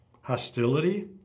Hostility